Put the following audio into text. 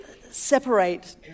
separate